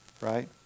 right